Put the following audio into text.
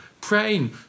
praying